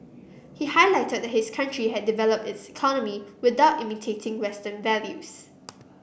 he highlighted that his country had developed its economy without imitating Western values